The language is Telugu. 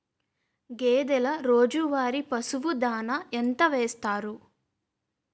గేదెల రోజువారి పశువు దాణాఎంత వేస్తారు?